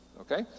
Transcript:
Okay